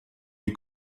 les